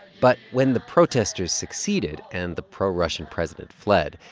but when the protesters succeeded, and the pro-russian president fled,